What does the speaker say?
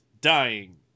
dying